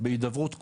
בהידברות כוללת,